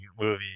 movie